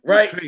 Right